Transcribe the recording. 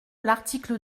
l’article